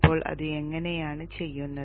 അപ്പോൾ ഇത് എങ്ങനെയാണ് ചെയ്യുന്നത്